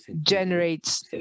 generates